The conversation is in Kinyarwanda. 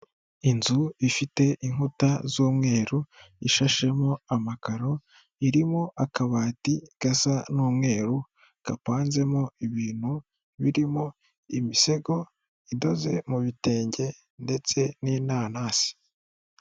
Inzu ifite inkuta z'umweru ishashemo amakaro, irimo akabati gasa n'umweru kapanzemo ibintu birimo imisego idoze mu bitenge ndetse n'inanasi.